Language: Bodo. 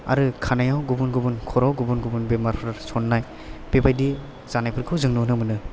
आरो खानायाव गुबुन गुबुन खर'आव गुबुन गुबुन बेरामफोर सननाय बेबायदि जानायफोरखौ जों नुनो मोनो